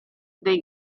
dei